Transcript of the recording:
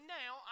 now